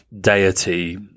deity